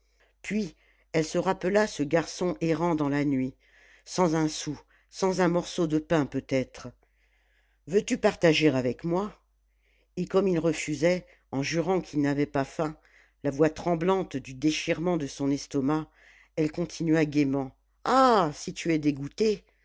puis elle se rappela ce garçon errant dans la nuit sans un sou sans un morceau de pain peut-être veux-tu partager avec moi et comme il refusait en jurant qu'il n'avait pas faim la voix tremblante du déchirement de son estomac elle continua gaiement ah si tu es dégoûté